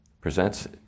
presents